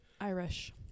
Irish